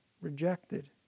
rejected